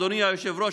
אדוני היושב-ראש,